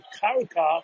Karaka